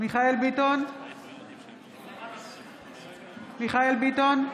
מיכאל מרדכי ביטון,